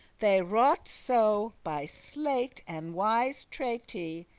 they wroughte so, by sleight and wise treaty,